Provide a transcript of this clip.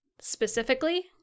specifically